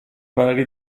pareri